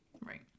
Right